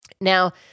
Now